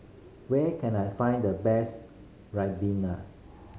where can I find the best ribena